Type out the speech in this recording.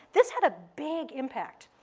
this had a big impact,